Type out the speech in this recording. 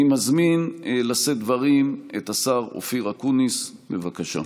אני מזמין לשאת דברים את השר אופיר אקוניס, בבקשה.